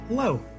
Hello